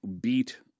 beat